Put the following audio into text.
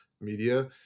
media